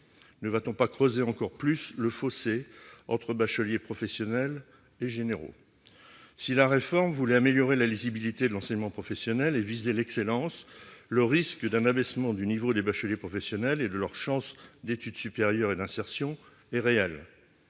Ne va-t-on pas creuser encore plus le fossé entre bacheliers professionnels et bacheliers généraux ? Si la réforme avait pour but d'améliorer la lisibilité de l'enseignement professionnel et visait l'excellence, le risque d'un abaissement du niveau des bacheliers professionnels et de leurs chances en matière d'études supérieures et d'insertion est réel.